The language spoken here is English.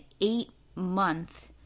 eight-month